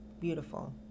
Beautiful